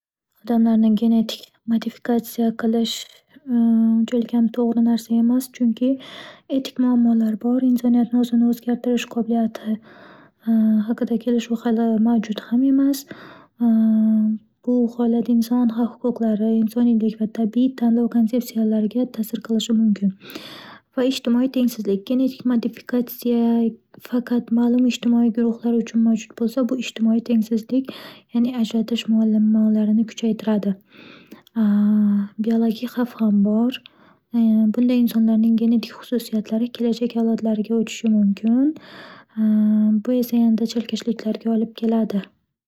Odamlarning genetik modifikatsiya qilish unchaligam to'g'ri narsa emas, chunki etik muammolar bor. Insoniyatni o'zini o'zgartirish qobiliyati haqida kelishuv hali mavjud ham emas. Bu holat inson haq-huquqlari, insoniylik va tabiiy tanlov konsepsiyalariga ta'sir qilishi mumkin va ijtimoiy tengsizlik genetik modifikatsiya gaqat ma'lum ijtimoiy guruhlar uchun mavjud bo'lsa, bu ijtimoiy tengsizlik. Ya'ni ajratish mualim-muammolarini kuchaytiradi. Biologik xavf ham bor. Bunday insonlarning genetik xususiyatlari kelajak avlodlariga o'tishi mumkin. Bu esa yanada chalkashliklarga olib keladi.